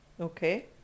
Okay